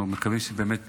אנחנו מקווים שבאמת